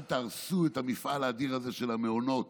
אל תהרסו את המפעל האדיר הזה של המעונות